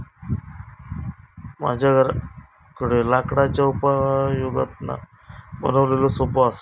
माझ्या घराकडे लाकडाच्या उपयोगातना बनवलेलो सोफो असा